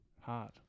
Hard